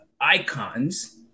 icons